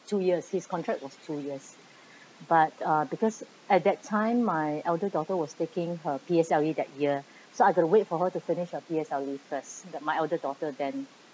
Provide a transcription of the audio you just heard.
two years his contract was two years but uh because at that time my elder daughter was taking her P_L_S_E that year so I got to wait for her to finish her P_L_S_E first my elder daughter then